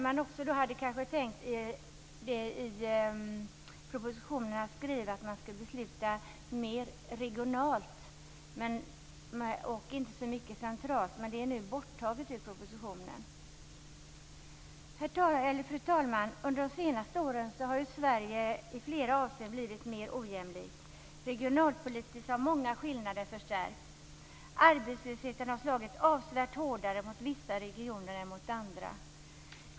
Man hade kanske också i propositionen tänkt skriva att det skall beslutas mer regionalt och inte så mycket centralt, men det finns inte med i propositionen. Fru talman! Sverige har under de senaste åren i flera avseenden blivit mer ojämlikt. Regionalpolitiskt har många skillnader förstärkts. Arbetslösheten har slagit avsevärt hårdare mot vissa regioner än mot andra.